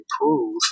improve